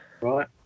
Right